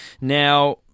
Now